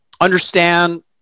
understand